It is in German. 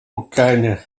ukraine